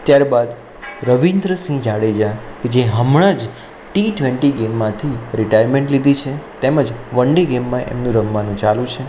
ત્યારબાદ રવિન્દ્રસિંહ જાડેજા કે જે હમણાં જ ટી ટ્વેન્ટી ગેમમાંથી રિટાયરમેન્ટ લીધી છે તેમજ વન ડે ગેમમાં એમનું રમવાનું ચાલુ છે